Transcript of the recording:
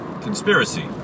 conspiracy